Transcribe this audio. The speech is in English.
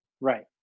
Right